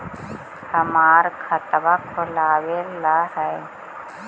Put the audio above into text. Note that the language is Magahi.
हमरा खाता खोलाबे ला है?